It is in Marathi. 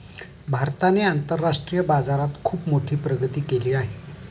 भारताने आंतरराष्ट्रीय बाजारात खुप मोठी प्रगती केली आहे